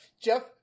Jeff